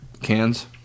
cans